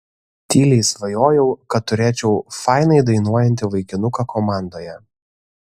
tyliai svajojau kad turėčiau fainai dainuojantį vaikinuką komandoje